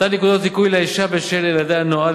מתן נקודות זיכוי לאשה בשל ילדיה נועד